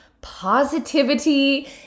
positivity